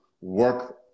work